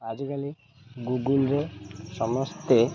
ଆଜିକାଲି ଗୁଗୁଲ୍ରେ ସମସ୍ତେ